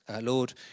Lord